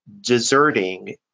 deserting